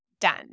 done